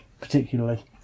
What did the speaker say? particularly